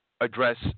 address